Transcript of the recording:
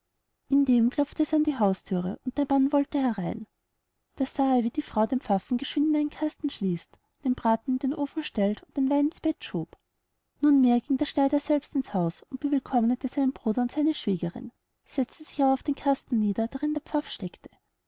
indem klopfte es an die hausthüre und der mann wollte herein da sah er wie die frau den pfaffen geschwind in einen kasten schließt den braten in den ofen stellt und den wein ins bett schob nunmehr ging der schneider selbst ins haus und bewillkommte seinen bruder und seine schwägerin setzte sich aber auf den kasten nieder darin der pfaff steckte